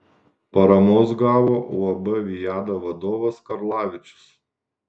paramos gavo uab viada vadovas karlavičius